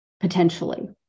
Potentially